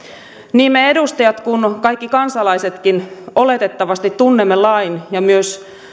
niin me edustajat kuin kaikki kansalaisetkin oletettavasti tunnemme lain ja myös